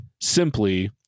simply